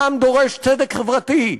העם דורש צדק חברתי,